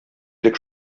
идек